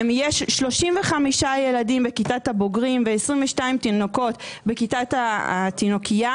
יש 35 ילדים בכיתת הבוגרים ו-22 תינוקות בכיתת התינוקייה.